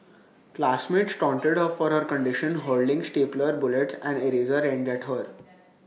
classmates taunted her for her condition hurling stapler bullets and eraser ends at her